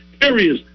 areas